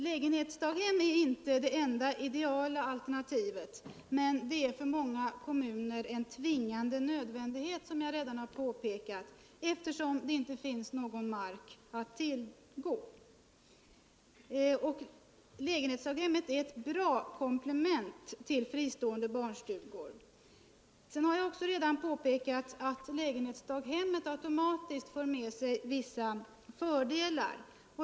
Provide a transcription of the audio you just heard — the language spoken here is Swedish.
Lägenhetsdaghemmet är inte det enda, ideala alternativet, men det är för många kommuner en tvingande nödvändighet - som jag redan har påpekat — eftersom det inte finns någon mark att tillgå. Lägenhetsdaghemmet är också ett bra komplement till fristående barnstugor. Jag har också redan påpekat att lägenhetsdaghemmet automatiskt ger vissa fördelar.